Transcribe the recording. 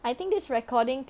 I think this recording